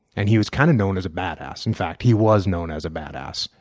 and he was kind of known as a bad ass in fact he was known as a bad ass.